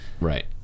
Right